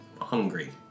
hungry